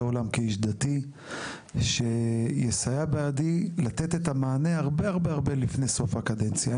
עולם כאיש דתי שיסייע בידי לתת את המענה הרבה לפני סוף הקדנציה.